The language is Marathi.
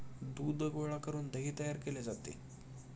दूध गोळा करून दही तयार केले जाते